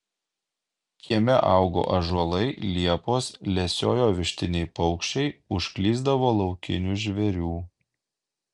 kieme augo ąžuolai liepos lesiojo vištiniai paukščiai užklysdavo laukinių žvėrių